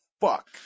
fuck